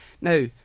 Now